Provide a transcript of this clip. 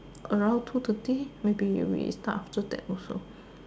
around two thirty maybe we start after that also